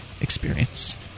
experience